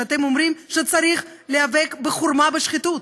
שאתם אומרים שצריך להיאבק עד חורמה בשחיתות.